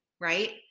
Right